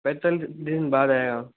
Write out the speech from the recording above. पैंतालिस दिन बाद आएगा